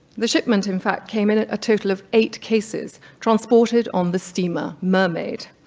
the shipment in fact came in a total of eight cases, transported on the steamer, mermaid.